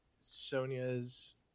Sonia's